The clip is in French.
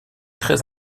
très